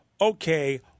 okay